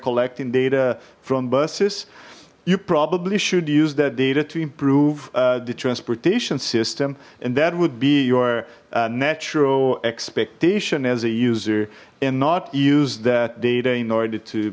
collecting data from buses you probably should use that data to improve the transportation system and that would be your natural expectation as a user and not use that data in order to